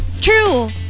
True